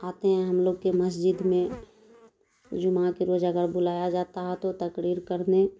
آتے ہیں ہم لوگ کے مسجد میں جمعہ کے روز اگر بلایا جاتا ہے تو تقریر کرنے